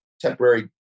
temporary